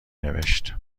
نوشت